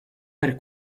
per